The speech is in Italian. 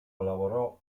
lavorò